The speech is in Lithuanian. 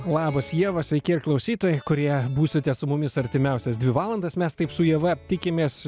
labas ieva sveiki ir klausytojai kurie būsite su mumis artimiausias dvi valandas mes taip su ieva tikimės